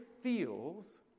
feels